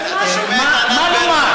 אתה צריך להיות מרוצה.